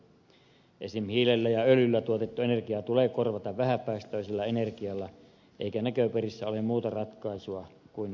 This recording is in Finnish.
esimerkiksi hiilellä ja öljyllä tuotettu energia tulee korvata vähäpäästöisellä energialla eikä näköpiirissä ole muuta ratkaisua kuin ydinvoimalla tuotettu energia